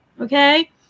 Okay